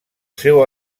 seu